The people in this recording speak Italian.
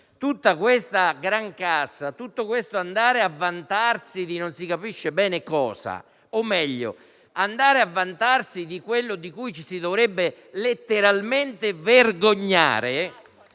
tutta questa grancassa e tutto questo andare a vantarsi di non si capisce bene che cosa, o meglio andare a vantarsi di quello di cui ci si dovrebbe letteralmente vergognare,